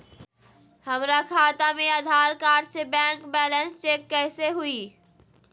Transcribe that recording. हमरा खाता में आधार कार्ड से बैंक बैलेंस चेक कैसे हुई?